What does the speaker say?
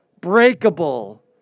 breakable